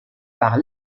par